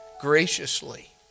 graciously